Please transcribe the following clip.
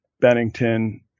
Bennington